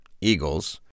Eagles